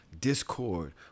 discord